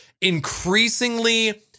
increasingly